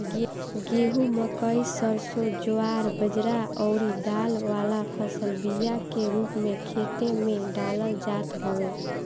गेंहू, मकई, सरसों, ज्वार बजरा अउरी दाल वाला फसल बिया के रूप में खेते में डालल जात हवे